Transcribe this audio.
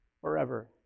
forever